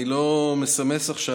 אני לא מסמס עכשיו.